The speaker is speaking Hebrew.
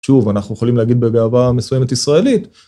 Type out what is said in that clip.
שוב, אנחנו יכולים להגיד בגאווה מסוימת ישראלית.